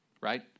right